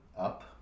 up